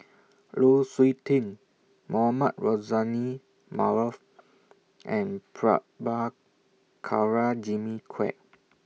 Lu Suitin Mohamed Rozani Maarof and Prabhakara Jimmy Quek